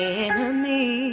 enemy